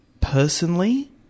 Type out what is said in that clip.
personally